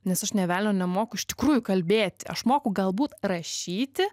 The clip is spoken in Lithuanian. nes aš nė velnio nemoku iš tikrųjų kalbėti aš moku galbūt rašyti